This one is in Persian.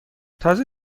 تازه